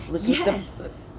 Yes